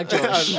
Josh